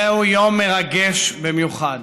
זהו יום מרגש במיוחד.